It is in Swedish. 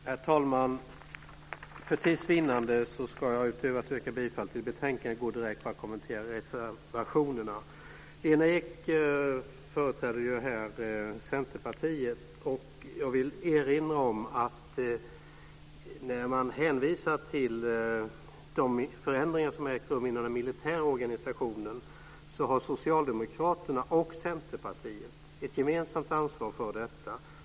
Herr talman! För tids vinnande ska jag utöver att yrka bifall till utskottets förslag i betänkandet gå direkt på att kommentera reservationerna. Lena Ek företräder här Centerpartiet. Jag vill erinra om att när man hänvisar till de förändringar som har ägt rum i den militära organisationen har Socialdemokraterna och Centerpartiet ett gemensamt ansvar för detta.